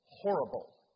horrible